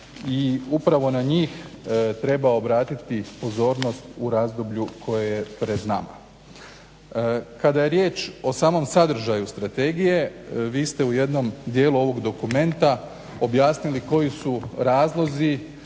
i upravo na njih treba obratiti pozornost u razdoblju koje je pred nama. Kada je riječ o samom sadržaju strategije, vi ste u jednom dijelu ovog dokumenta objasnili koji su razlozi